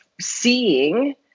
seeing